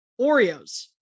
Oreos